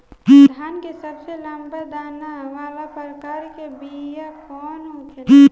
धान के सबसे लंबा दाना वाला प्रकार के बीया कौन होखेला?